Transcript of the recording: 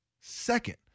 Second